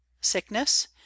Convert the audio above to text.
sickness